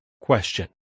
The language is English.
Question